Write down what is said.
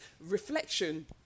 reflection